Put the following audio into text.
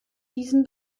diesen